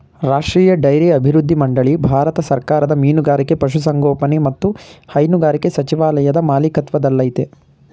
ರಾಷ್ಟ್ರೀಯ ಡೈರಿ ಅಭಿವೃದ್ಧಿ ಮಂಡಳಿ ಭಾರತ ಸರ್ಕಾರದ ಮೀನುಗಾರಿಕೆ ಪಶುಸಂಗೋಪನೆ ಮತ್ತು ಹೈನುಗಾರಿಕೆ ಸಚಿವಾಲಯದ ಮಾಲಿಕತ್ವದಲ್ಲಯ್ತೆ